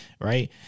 right